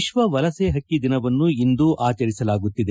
ವಿಶ್ವ ವಲಸೆ ಹಕ್ಕಿ ದಿನವನ್ನು ಇಂದು ಆಚರಿಸಲಾಗುತ್ತಿದೆ